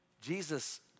Jesus